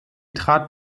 trat